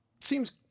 Seems